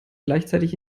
gleichzeitig